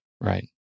right